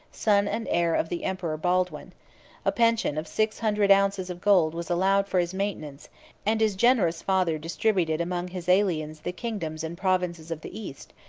son and heir of the emperor baldwin a pension of six hundred ounces of gold was allowed for his maintenance and his generous father distributed among his aliens the kingdoms and provinces of the east,